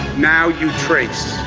now you trace